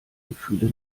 gefühle